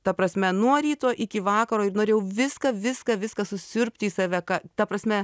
ta prasme nuo ryto iki vakaro ir norėjau viską viską viską susiurbti į save ką ta prasme